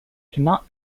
cannot